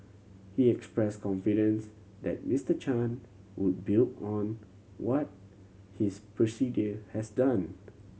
he express confidence that Mister Chan would build on what his predecessor has done